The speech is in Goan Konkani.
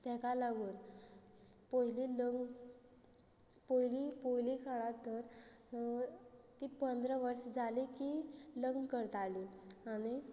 ताका लागून पयलीं लग्न पोयलीं पोयलीं काळांत तर ती पंदरा वर्सां जालीं की लग्न करताली आनी